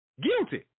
Guilty